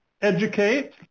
educate